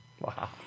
Wow